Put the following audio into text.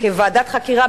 כוועדת חקירה,